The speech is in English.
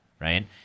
right